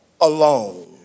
alone